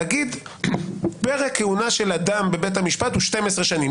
להגיד: פרק כהונה של אדם בבית המשפט הוא 12 שנים.